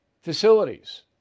facilities